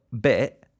bit